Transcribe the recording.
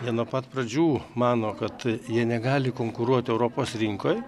jie nuo pat pradžių mano kad jie negali konkuruoti europos rinkoj